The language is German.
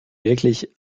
wirklich